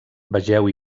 vegeu